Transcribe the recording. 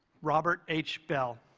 robert h. bell